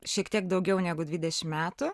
šiek tiek daugiau negu dvidešim metų